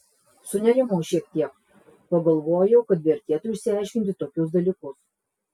sunerimau šiek tiek pagalvojau kad vertėtų išsiaiškinti tokius dalykus